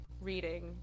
reading